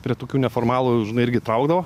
prie tokių neformalų žinai irgi traukdavo